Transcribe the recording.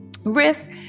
risk